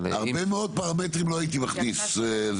הרבה מאוד פרמטרים לא הייתי מכניס.